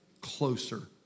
closer